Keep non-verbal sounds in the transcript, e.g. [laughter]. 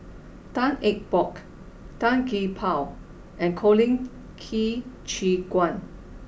[noise] Tan Eng Bock Tan Gee Paw and Colin Qi Zhe Quan